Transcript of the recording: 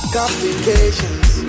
Complications